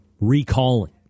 recalling